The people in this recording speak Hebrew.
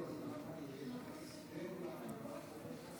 28 בעד,